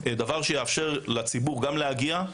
דבר שיאפשר לציבור להגיע,